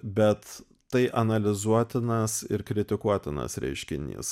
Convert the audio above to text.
bet tai analizuotinas ir kritikuotinas reiškinys